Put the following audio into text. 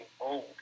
old